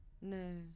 No